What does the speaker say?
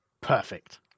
Perfect